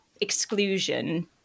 exclusion